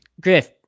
Griff